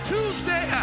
Tuesday